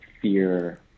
fear